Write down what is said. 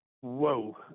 Whoa